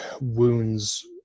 wounds